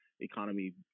economy